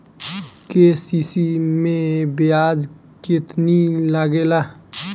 KCC मै ब्याज केतनि लागेला?